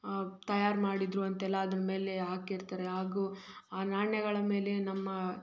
ತಯಾರು ಮಾಡಿದ್ದರು ಅಂತೆಲ್ಲ ಅದ್ರ ಮೇಲೆ ಹಾಕಿರ್ತಾರೆ ಹಾಗೂ ಆ ನಾಣ್ಯಗಳ ಮೇಲೆ ನಮ್ಮ